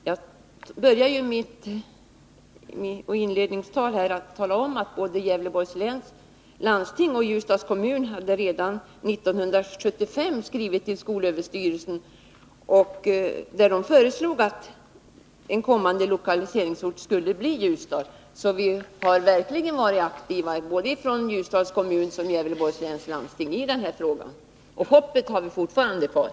Herr talman! Jag började mitt inledningsanförande med att tala om att både Gävleborgs läns landsting och Ljusdals kommun redan 1975 skrev till skolöverstyrelsen och föreslog att Ljusdal skulle bli kommande lokaliseringsort. Vi har verkligen varit aktiva i denna fråga både från Gävleborgs läns landsting och från Ljusdals kommun. Hoppet har vi fortfarande kvar.